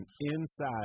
inside